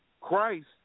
Christ